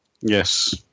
Yes